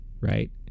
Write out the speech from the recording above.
right